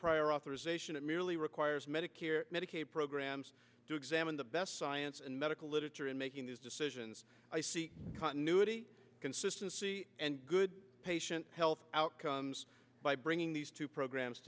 prior authorization it merely requires medicare medicaid programs to examine the best science and medical literature in making these decisions i see continuity consistency and good patient health outcomes by bringing these two programs